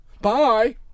Bye